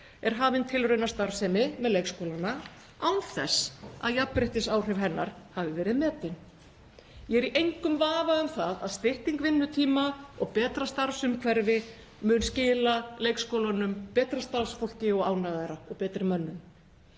er hafin tilraunastarfsemi með leikskólana án þess að jafnréttisáhrif hennar hafi verið metin. Ég er í engum vafa um að stytting vinnutíma og betra starfsumhverfi muni skila leikskólunum betra starfsfólki og ánægðara og betri mönnun,